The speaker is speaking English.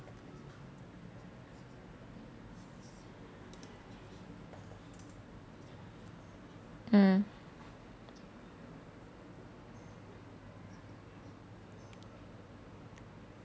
mm